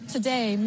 Today